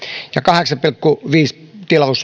ja kahdeksan pilkku viisi